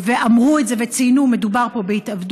ואמרו את זה וציינו: מדובר פה בהתאבדות.